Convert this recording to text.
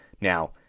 Now